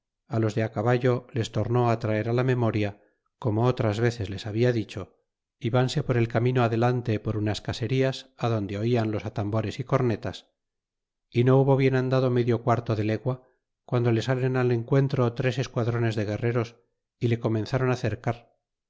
ordenanza los de caballo les tomó traer á la memoria como otras veces les habla dicho y vanse por el camino adelante por unas caserías adonde dan los atambores y cornetas y no hubo bien andado medio quarto de legua guando le salen al encuentro tres esquadrones de guerreros y le comenzron cercar